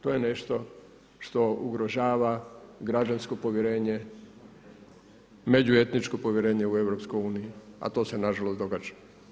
To je nešto što ugrožava građansko povjerenje, međuetničko povjerenje u EU, a to se nažalost događa.